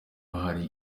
hari